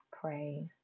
pray